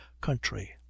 country